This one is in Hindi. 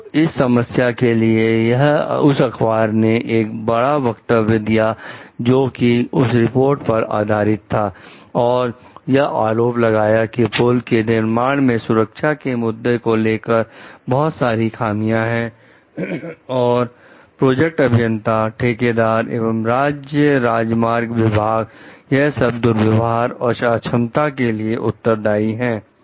तो इन समस्याओं के लिए उस अखबार ने एक बहुत बड़ा वक्तव्य दिया जो कि उस रिपोर्ट पर आधारित था और यह आरोप लगाया कि पुल के निर्माण में सुरक्षा के मुद्दे को लेकर बहुत सारी खामियां हैं और प्रोजेक्ट अभियंता ठेकेदार एवं राज्य राजमार्ग विभाग यह सब दुर्व्यवहार और अक्षमता के लिए उत्तरदाई हैं